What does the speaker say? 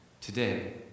Today